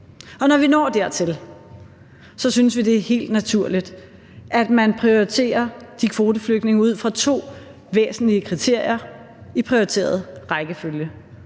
Når vi når dertil, synes vi, det er helt naturligt, at man prioriterer de kvoteflygtninge ud fra to væsentlige kriterier i prioriteret rækkefølge.